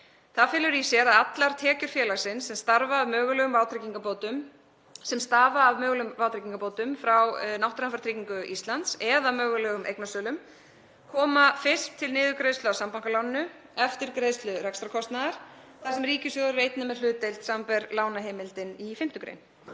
Það felur í sér að allar tekjur félagsins, sem stafa af mögulegum vátryggingarbótum frá Náttúruhamfaratryggingu Íslands eða mögulegum eignasölum, koma fyrst til niðurgreiðslu á sambankaláninu eftir greiðslu rekstrarkostnaðar, þar sem ríkissjóður er einnig með hlutdeild, samanber lánaheimild í 5. gr.